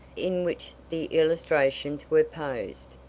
in which the illustrations were posed,